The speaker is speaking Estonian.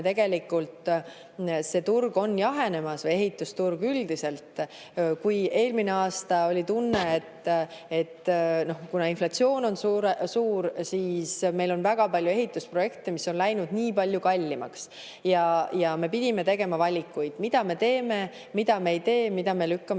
tegelikult see turg on jahenemas või ehitusturg üldiselt. Eelmine aasta oli tunne, et kuna inflatsioon on suur, siis meil on väga palju ehitusprojekte, mis on läinud väga palju kallimaks, ja me pidime tegema valikuid, mida me teeme, mida me ei tee, mida me lükkame